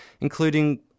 including